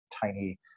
tiny